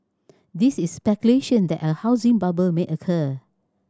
this is speculation that a housing bubble may occur